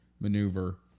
maneuver